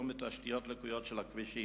או מתשתיות לקויות של הכבישים.